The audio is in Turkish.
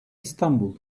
i̇stanbul